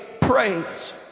praise